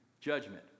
judgment